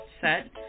set